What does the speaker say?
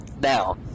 Now